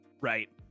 Right